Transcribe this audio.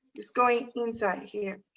it's going inside, here.